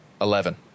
Eleven